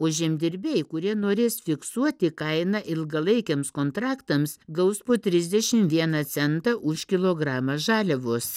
o žemdirbiai kurie norės fiksuoti kainą ilgalaikiams kontraktams gaus po trisdešim vieną centą už kilogramą žaliavos